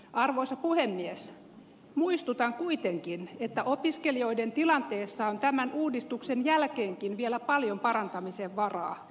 arvoisa puhemies muistutan kuitenkin että opiskelijoiden tilanteessa on tämän uudistuksen jälkeenkin vielä paljon parantamisen varaa